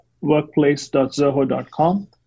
Workplace.zoho.com